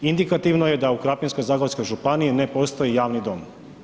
Indikativno je da u Krapinsko-zagorskoj županiji ne postoji javni dom.